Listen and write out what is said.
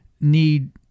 need